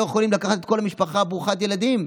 לא יכולים לקחת את כל המשפחה ברוכת הילדים.